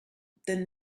they